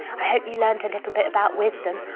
i hope you learnt a little bit about wisdom.